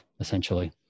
essentially